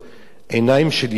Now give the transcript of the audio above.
עיניים של אשה,